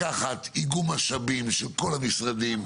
לקחת איגום משאבים של כל המשרדים,